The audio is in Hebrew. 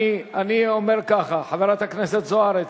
אני אומר ככה: חברת הכנסת זוארץ,